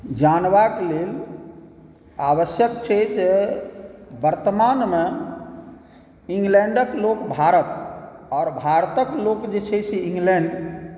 जानबाक लेल आवश्यक छै जे वर्तमानमे इंग्लैण्डक लोक भारत आओर भारतके लोक जे छै से इंग्लैण्ड